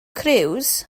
cruise